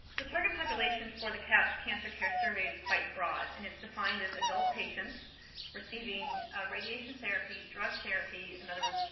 target populations for the cahps cancer care survey is quite broad and it's defined as adult patients receiving radiation therapy, drug therapy, in other words,